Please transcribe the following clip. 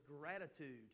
gratitude